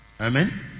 Amen